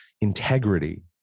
integrity